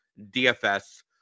DFS